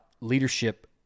leadership